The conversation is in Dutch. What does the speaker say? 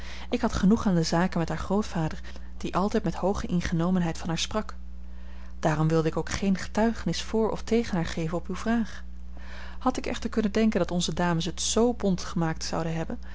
ik had genoeg aan de zaken met haar grootvader die altijd met hooge ingenomenheid van haar sprak daarom wilde ik ook geene getuigenis voor of tegen haar geven op uwe vraag had ik echter kunnen denken dat onze dames het z bont gemaakt zouden hebben